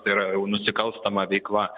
tai yra jau nusikalstama veikla